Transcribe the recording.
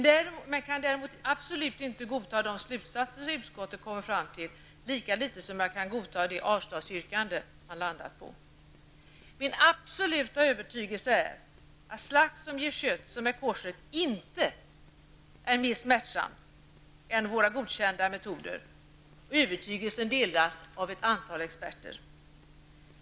Däremot kan jag absolut inte godta de slutsatser som utskottet har kommit fram till, lika litet som jag kan godta det avslagsyrkande som man har landat på. Min absoluta övertygelse är att slakt som ger kött som är koscher inte är mer smärtsam än våra godkända metoder. Den övertygelsen delas av ett antal experter.